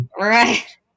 Right